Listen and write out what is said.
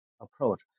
approach